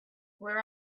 where